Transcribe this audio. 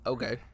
Okay